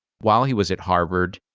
while he was at harvard.